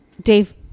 Dave